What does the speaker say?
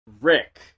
Rick